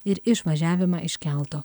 ir išvažiavimą iš kelto